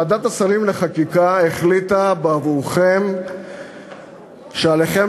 ועדת השרים לחקיקה החליטה בעבורכם שעליכם